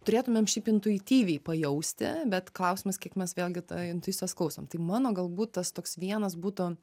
turėtumėm šiaip intuityviai pajausti bet klausimas kiek mes vėlgi ta intuicijos klausom tai mano galbūt tas toks vienas būtų